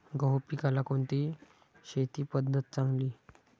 गहू पिकाला कोणती शेती पद्धत चांगली?